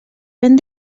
ben